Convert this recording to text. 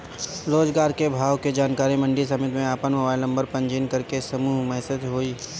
रोज के बाजार भाव के जानकारी मंडी समिति में आपन मोबाइल नंबर पंजीयन करके समूह मैसेज से होई?